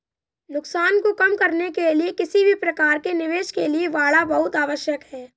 नुकसान को कम करने के लिए किसी भी प्रकार के निवेश के लिए बाड़ा बहुत आवश्यक हैं